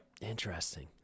Interesting